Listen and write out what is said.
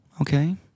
okay